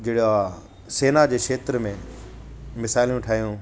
जेड़ा सेना जे खेत्र में मिसाइलियूं ठाहियूं